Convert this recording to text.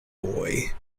boy